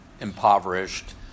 impoverished